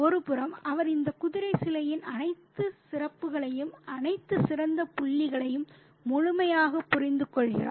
ஒருபுறம் அவர் இந்த குதிரை சிலையின் அனைத்து சிறப்புகளையும் அனைத்து சிறந்த புள்ளிகளையும் முழுமையாக புரிந்துகொள்கிறார்